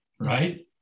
right